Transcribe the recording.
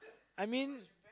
I mean